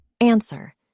Answer